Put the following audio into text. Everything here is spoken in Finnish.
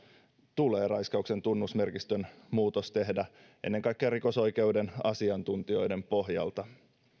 tulee raiskauksen tunnusmerkistön muutos tehdä ennen kaikkea rikosoikeuden asiantuntijoiden pohjalta